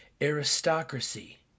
Aristocracy